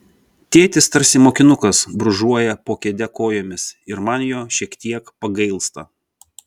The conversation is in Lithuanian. tėtis tarsi mokinukas brūžuoja po kėde kojomis ir man jo šiek tiek pagailsta